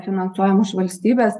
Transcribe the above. finansuojamų iš valstybės